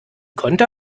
konnte